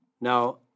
Now